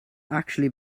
actually